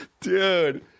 Dude